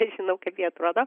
nežinau kaip jie atrodo